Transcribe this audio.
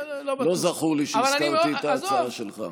לא זכור לי שהזכרתי את ההצעה שלך.